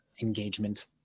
engagement